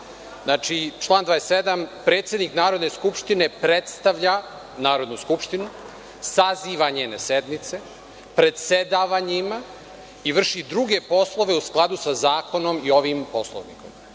tome. Znači, član 27. – predsednik Narodne skupštine predstavlja Narodnu skupštinu, saziva njene sednice, predsedava njima i vrši druge poslove u skladu sa zakonom i ovim Poslovnikom. Znači,